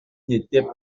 n’étaient